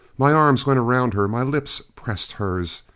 my arms went around her, my lips pressed hers,